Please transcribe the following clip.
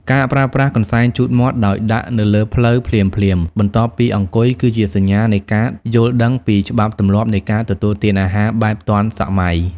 ការប្រើប្រាស់កន្សែងជូតមាត់ដោយដាក់នៅលើភ្លៅភ្លាមៗបន្ទាប់ពីអង្គុយ គឺជាសញ្ញានៃការយល់ដឹងពីច្បាប់ទម្លាប់នៃការទទួលទានអាហារបែបទាន់សម័យ។